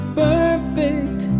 perfect